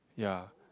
ya